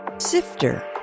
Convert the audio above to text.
sifter